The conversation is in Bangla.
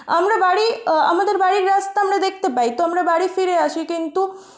আমরা বাড়ি আমাদের বাড়ির রাস্তা আমরা দেখতে পাই তো আমরা বাড়ি ফিরে আসি কিন্তু